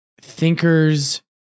thinkers